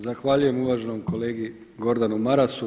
Zahvaljujem uvaženom kolegi Gordanu Marasu.